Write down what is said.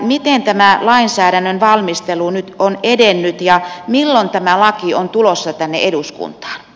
miten tämä lainsäädännön valmistelu nyt on edennyt ja milloin tämä laki on tulossa tänne eduskuntaan